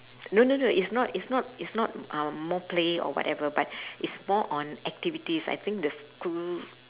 no no no it's not it's not it's not um more play or whatever but it's more on activities I think the school